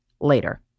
later